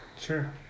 sure